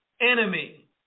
enemy